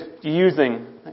using